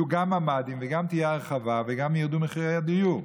יהיו גם ממ"דים וגם תהיה הרחבה וגם ירדו מחירי הדיור.